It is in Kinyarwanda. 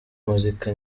muzika